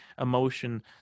emotion